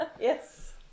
Yes